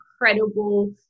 incredible